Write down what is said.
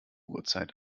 uhrzeit